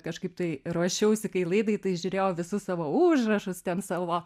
kažkaip tai ruošiausi kai laidai tai žiūrėjau visus savo užrašus ten savo